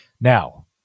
now